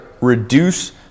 reduce